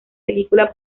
película